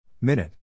Minute